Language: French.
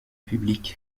publics